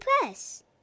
Press